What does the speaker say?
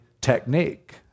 technique